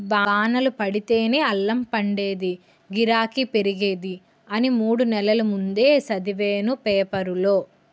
వానలు పడితేనే అల్లం పండేదీ, గిరాకీ పెరిగేది అని మూడు నెల్ల ముందే సదివేను పేపరులో